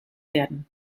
werden